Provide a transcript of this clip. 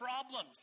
problems